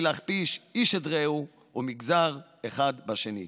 מלהכפיש איש את רעהו ומגזר אחד את השני.